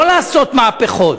לא לעשות מהפכות,